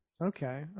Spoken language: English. Okay